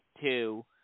two